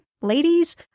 ladies